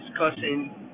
discussing